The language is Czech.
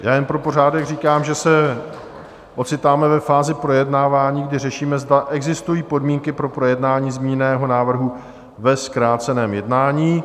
Já jenom pro pořádek říkám, že se ocitáme ve fázi projednávání, kdy řešíme, zda existují podmínky pro projednání zmíněného návrhu ve zkráceném jednání.